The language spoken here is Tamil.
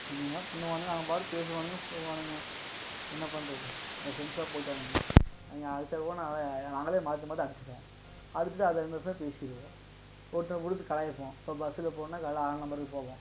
என்னென்னமோ பண்ணுவானுங்க அவுங் பாட்டும் பேசுவானுங்க போவானுங்க என்ன பண்ணுறது என் ஃப்ரெண்ட்ஸாக போயிட்டானுங்க அவங்க அடிச்சால் கூட நான் நாங்களே மாற்றி மாற்றி அடிச்சுப்போம் அடிச்சுட்டு அதே பேசிக்குவோம் ஒருத்தனை கொடுத்து கலாய்ப்போம் இப்போ பஸில் போனால் காலைல ஆறா நம்பருக்கு போவோம்